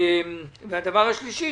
הדבר השלישי,